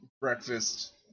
breakfast